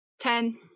Ten